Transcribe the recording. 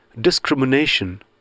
discrimination